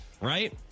right